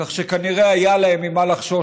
כך שכנראה היה להם ממה לחשוש,